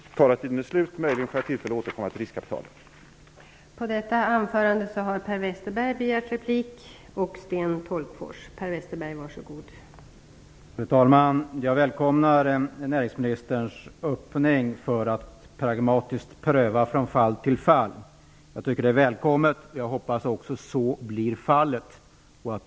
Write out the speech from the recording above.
Min taletid är slut, men jag får möjligen tillfälle att återkomma till frågan om riskkapitalet.